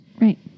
Right